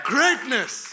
Greatness